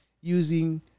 using